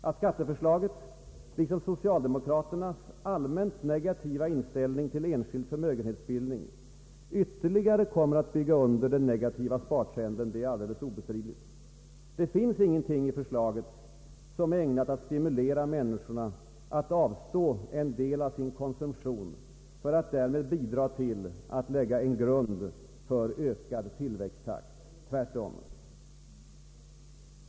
Att skatteförslaget liksom socialdemokraternas allmänt negativa inställning till enskild förmögenhetsbildning ytterligare kommer att bygga under den negativa spartrenden, är alldeles obestridligt. Det finns ingenting i förslaget som är ägnat att stimulera människorna att avstå en del av sin konsumtion för att därmed bidra till att lägga en grund för ökad tillväxttakt — tvärtom.